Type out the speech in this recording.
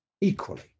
equally